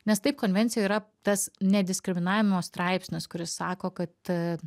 nes taip konvencijoj yra tas nediskriminavimo straipsnis kuris sako kad